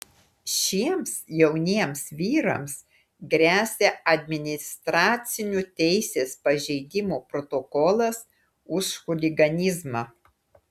šiems jauniems vyrams gresia administracinių teisės pažeidimų protokolas už chuliganizmą